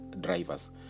drivers